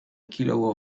kilo